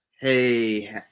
Hey